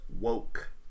woke